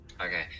Okay